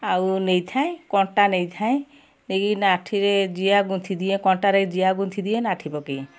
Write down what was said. ଆଉ ନେଇଥାଏ କଣ୍ଟା ନେଇଥାଏ ନେଇକି ନାଠିରେ ଜିଆ ଗୁନ୍ଥିଦିଏ କଣ୍ଟାରେ ଜିଆ ଗୁନ୍ଥିଦିଏ ନାଠି ପକାଇ